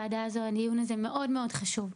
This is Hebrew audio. הדיון הזה מאוד חשוב.